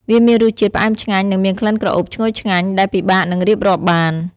វាមានរសជាតិផ្អែមឆ្ងាញ់និងមានក្លិនក្រអូបឈ្ងុយឆ្ងាញ់ដែលពិបាកនឹងរៀបរាប់បាន។